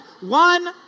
one